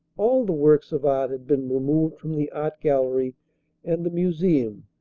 all the works of art had been removed from the art gallery and the museum,